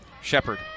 Shepard